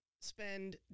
spend